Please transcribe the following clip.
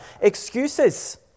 Excuses